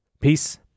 Peace